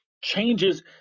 changes